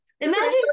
imagine